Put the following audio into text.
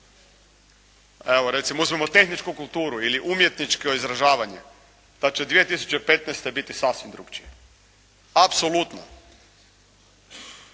za recimo tehničku kulturu ili umjetničko izražavanje, da će 2015. biti sasvim drukčije, apsolutno.